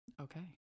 Okay